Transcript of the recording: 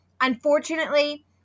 unfortunately